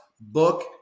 book